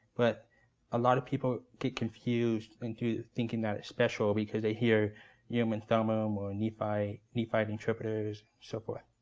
but a lot of people get confused into thinking that it's special because they hear urim and thummim um or nephite nephite interpreters, so forth.